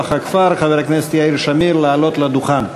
הכפר חבר הכנסת יאיר שמיר לעלות לדוכן.